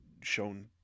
shown